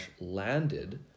landed